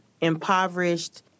impoverished